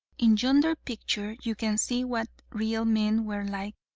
in yonder picture you can see what real men were like.